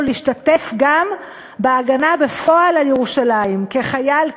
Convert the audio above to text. להשתתף גם בהגנה בפועל על ירושלים כחייל,